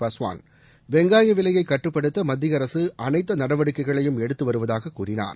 பாஸ்வான் வெங்காய விலையை கட்டுப்படுத்த மத்திய அரசு அனைத்து நடவடிக்கைகளையும் எடுத்து வருவதாகக் கூறினார்